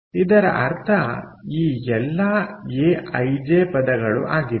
ಇದರ ಅರ್ಥ ಈ ಎಲ್ಲಾ ಎಐಜೆ ಪದಗಳು ಆಗಿದೆ